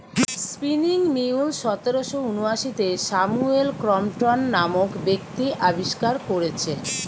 spinning mule সতেরশ ঊনআশিতে Samuel Crompton নামক ব্যক্তি আবিষ্কার কোরেছে